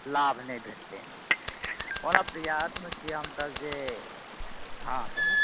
लाभ नहि भेटतनि ओना प्रआसमे छी हमसभ जे हँ कहिऔ